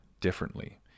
differently